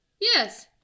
Yes